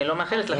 אני לא מאחלת לך.